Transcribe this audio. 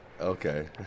Okay